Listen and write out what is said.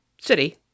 city